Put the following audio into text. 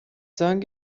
song